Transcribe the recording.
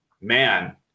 man